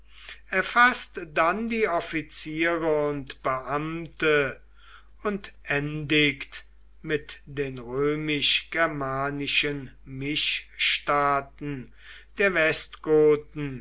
erfaßt dann die offiziere und beamte und endigt mit den römisch germanischen mischstaaten der